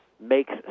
makes